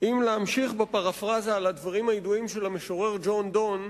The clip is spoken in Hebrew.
אם להמשיך בפרפראזה על הדברים הידועים של המשורר ג'ון דון,